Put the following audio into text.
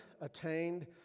attained